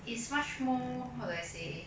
it's much more how do I say